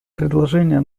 предложение